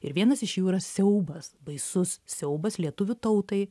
ir vienas iš jų yra siaubas baisus siaubas lietuvių tautai